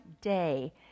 day